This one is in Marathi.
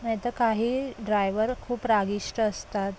नाही तर काही ड्रायवर खूप रागिष्ट असतात